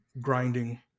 grinding